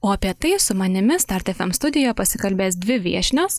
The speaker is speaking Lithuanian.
o apie tai su manimi start fm studijoje pasikalbės dvi viešnios